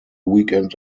weekend